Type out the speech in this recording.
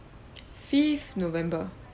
fifth november